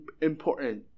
important